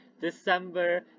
December